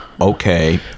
okay